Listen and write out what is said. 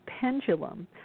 Pendulum